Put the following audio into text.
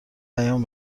پیام